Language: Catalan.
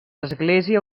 església